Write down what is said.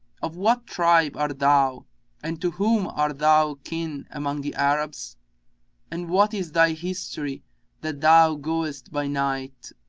of what tribe art thou and to whom art thou kin among the arabs and what is thy history that thou goest by night,